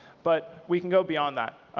but we can go beyond that.